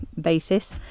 basis